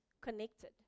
connected